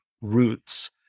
Roots